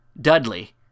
Dudley